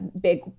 big